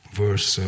verse